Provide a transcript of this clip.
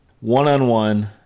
one-on-one